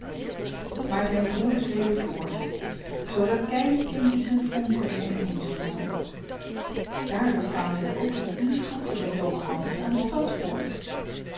maar zijn broers reden voort zoodat keisteentjes en vonken om hen heen sprongen daardoor kwamen zij ook een uur vroeger dan domme hans aan de stadspoort